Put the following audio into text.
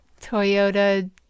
Toyota